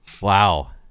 wow